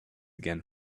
again